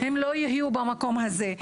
הם לא יהיו במקום הזה.